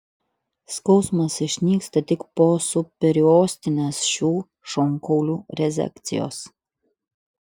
skausmas išnyksta tik po subperiostinės šių šonkaulių rezekcijos